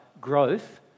growth